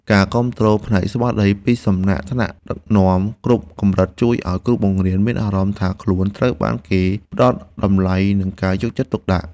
ការគាំទ្រផ្នែកស្មារតីពីសំណាក់ថ្នាក់ដឹកនាំគ្រប់កម្រិតជួយឱ្យគ្រូបង្រៀនមានអារម្មណ៍ថាខ្លួនត្រូវបានគេផ្តល់តម្លៃនិងការយកចិត្តទុកដាក់។